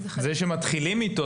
זה שמתחילים איתו,